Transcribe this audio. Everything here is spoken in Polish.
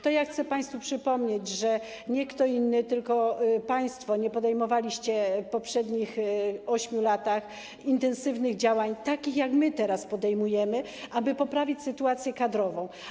To ja chcę państwu przypomnieć, że nie kto inny, tylko państwo nie podejmowaliście w poprzednich 8 latach intensywnych działań, takich, jakie my teraz podejmujemy, aby poprawić sytuację kadrową.